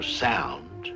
sound